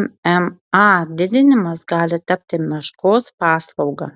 mma didinimas gali tapti meškos paslauga